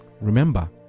remember